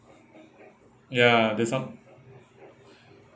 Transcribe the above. ya there's some